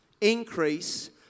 increase